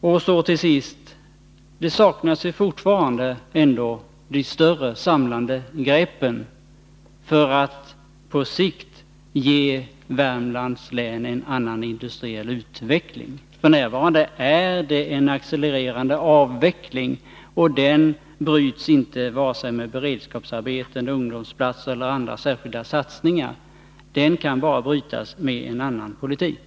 Och så till sist: Fortfarande saknas de stora samlande greppen för att på sikt ge Värmlands län en annan industriell utveckling. F.n. är det en accelererande avveckling, och den bryts inte vare sig med beredskapsarbeten, ungdomsplatser eller andra särskilda satsningar. Den kan bara brytas med en annan politik.